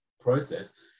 process